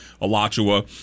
Alachua